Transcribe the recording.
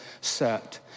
set